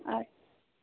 آٹھ